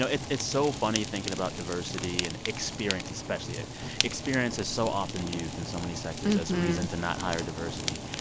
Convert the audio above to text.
know, it's it's so funny thinking about diversity and experience, especially. experience is so often used in so many sectors as a reason to not hire diversity.